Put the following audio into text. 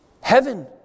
Heaven